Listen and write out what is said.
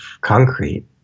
concrete